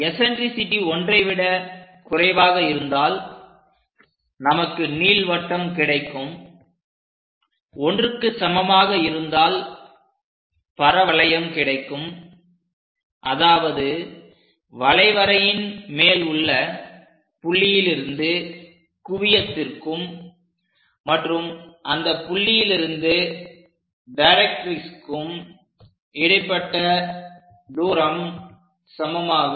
eccentricity ஒன்றை விட குறைவாக இருந்தால் நமக்கு நீள்வட்டம் கிடைக்கும் ஒன்றுக்கு சமமாக இருந்தால் பரவளையம் கிடைக்கும் அதாவது வளைவரையின் மேலுள்ள புள்ளியிலிருந்து குவியத்திற்கும் மற்றும் அந்த புள்ளியிலிருந்து டைரக்ட்ரிக்ஸ்க்கும் இடைப்பட்ட தூரம் சமமாகும்